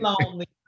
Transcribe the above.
lonely